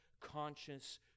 conscious